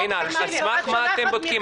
רינה, על סמך מה אתם בודקים?